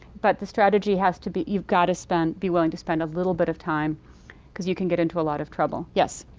but the strategy has to be you've got to spend be willing to spend a little bit of time because you can get into a lot of trouble. yes?